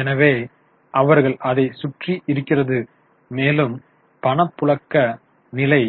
எனவே அவர்கள் அதைச் சுற்றிய இருக்கிறது மேலும் பணப்புழக்க நிலை